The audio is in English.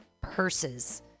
purses